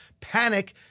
panic